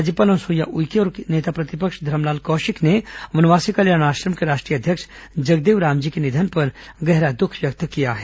राज्यपाल अनुसुईया उइके और नेता प्रतिपक्ष धरमलाल कौशिक ने वनवासी कल्याण आश्रम के राष्ट्रीय अध्यक्ष जगदेव रामजी के निधन पर गहरा दुख व्यक्त किया है